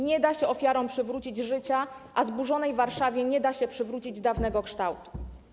Nie da się ofiarom przywrócić życia, a zburzonej Warszawie nie da się przywrócić dawnego kształtu.